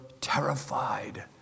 terrified